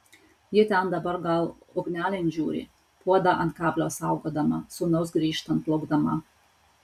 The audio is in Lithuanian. ji ten dabar gal ugnelėn žiūri puodą ant kablio saugodama sūnaus grįžtant laukdama